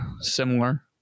similar